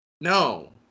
no